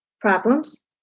problems